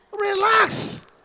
Relax